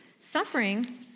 Suffering